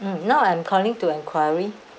mm now I'm calling to enquiry